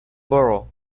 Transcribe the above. borough